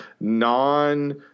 non